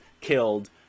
killed